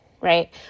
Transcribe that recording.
right